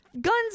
guns